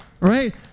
Right